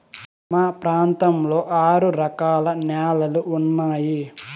మా ప్రాంతంలో ఆరు రకాల న్యాలలు ఉన్నాయి